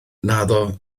naddo